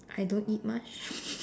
I don't eat much